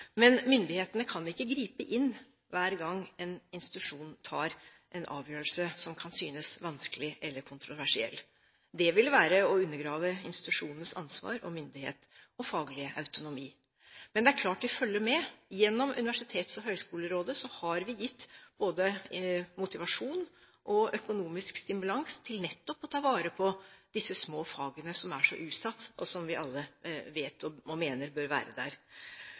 Men myndighetene kan ikke gripe inn hver gang en institusjon tar en avgjørelse som kan synes vanskelig eller kontroversiell. Det ville være å undergrave institusjonenes ansvar og myndighet – og faglige autonomi. Men det er klart at vi følger med. Gjennom Universitets- og høyskolerådet har vi gitt både motivasjon og økonomisk stimulans til nettopp å ta vare på disse små fagene som er så utsatt, og som vi alle mener bør være der.